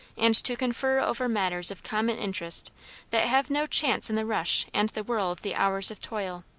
and to confer over matters of common interest that have no chance in the rush and the whirl of the hours of toil.